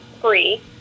free